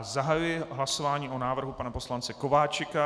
Zahajuji hlasování o návrhu pana poslance Kováčika.